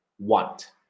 want